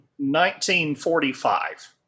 1945